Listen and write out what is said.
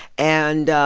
and